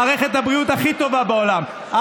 עם מערכת הבריאות הכי טובה בעולם,